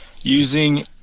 using